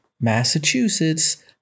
Massachusetts